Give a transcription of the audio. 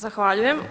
Zahvaljujem.